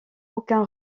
aucun